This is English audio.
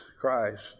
Christ